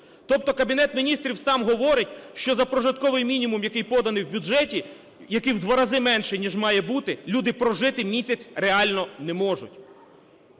Тобто Кабінет Міністрів сам говорить, що за прожитковий мінімум, який поданий в бюджеті, який в два рази менший ніж має бути, люди прожити місяць прожити реально не можуть.